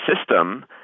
system